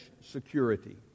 security